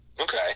Okay